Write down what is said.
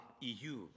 EU